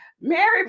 Mary